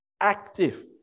active